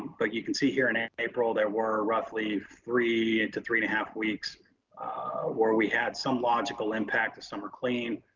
but you can see here in april, there were roughly three to three and a half weeks where we had some logical impact of summer clean.